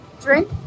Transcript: drink